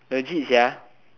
legit sia